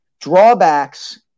drawbacks